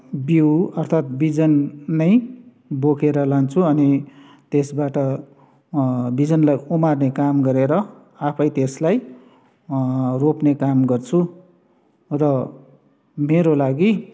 बिउ अर्थात बिजन नै बोकेर लान्छु अनि त्यसबाट बिजनलाई उमार्ने काम गरेर आफै त्यसलाई रोप्ने काम गर्छु र मेरो लागि